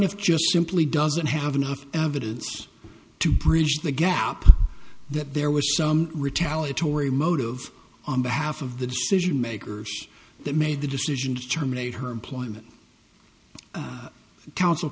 plaintiff just simply doesn't have enough evidence to bridge the gap that there was some retaliatory motive on behalf of the decision makers that made the decision to terminate her employment counsel